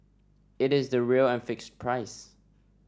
it is the real and fixed price